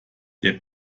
der